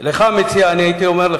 לך, המציע, הייתי אומר,